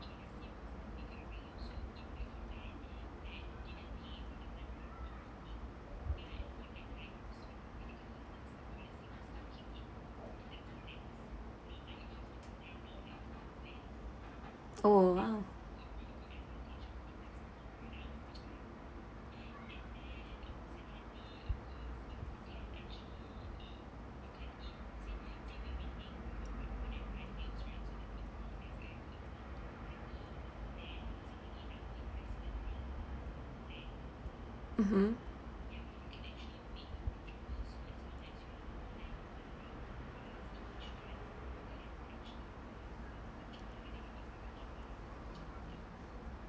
oh mmhmm